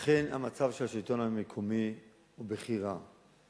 אכן, המצב של השלטון המקומי הוא בכי רע.